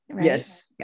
Yes